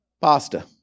pasta